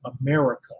America